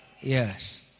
Yes